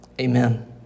amen